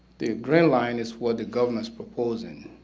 the green line is what the governor's proposing,